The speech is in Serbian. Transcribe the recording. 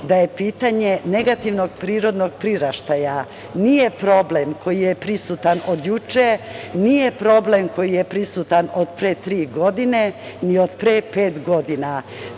da pitanje negativnog prirodnog priraštaja nije problem koji je prisutan od juče, nije problem koji je prisutan od pre tri godine, ni od pre pet godina.